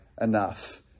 enough